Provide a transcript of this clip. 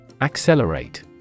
Accelerate